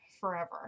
forever